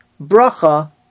bracha